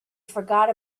forgot